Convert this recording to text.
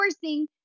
forcing